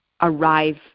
arrive